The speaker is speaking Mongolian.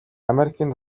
америкийн